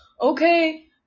okay